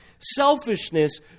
Selfishness